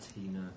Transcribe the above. Tina